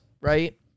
right